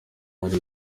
hari